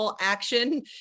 action